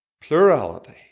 plurality